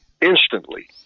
Instantly